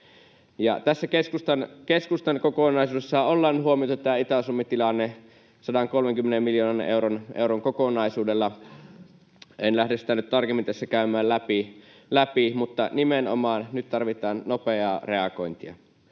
tässä keskustan kokonaisuudessa ollaan huomioitu tämä Itä-Suomen tilanne 130 miljoonan euron kokonaisuudella. En lähde sitä nyt tarkemmin tässä käymään läpi, mutta nimenomaan nyt tarvitaan nopeaa reagointia.